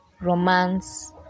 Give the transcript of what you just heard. romance